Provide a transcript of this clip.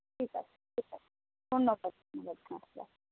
ঠিক আছে ঠিক আছে ধন্যবাদ